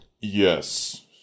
Yes